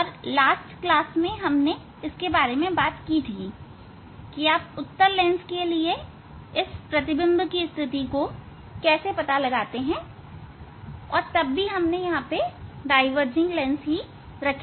पिछली कक्षा में हम पहले ही चर्चा कर चुके हैं कि उत्तल लेंस के लिए प्रतिबिंब स्थिति का कैसे पता लगाते हैं और तब हमने डाईवर्जिंग लेंस रखे थे